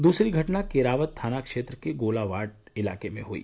दूसरी घटना केरावत थाना क्षेत्र के गोलावार्ड में हुई